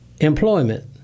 employment